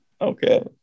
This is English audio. Okay